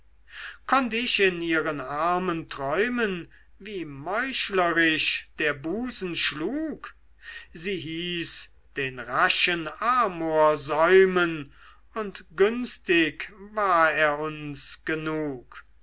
konnt ich in ihren armen träumen wie meuchlerisch der busen schlug sie hieß den raschen amor säumen und günstig war er uns genug